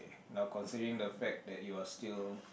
not considering the fact that you are still